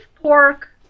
pork